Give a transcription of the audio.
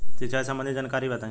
सिंचाई संबंधित जानकारी बताई?